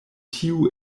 tiu